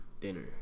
dinner